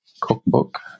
cookbook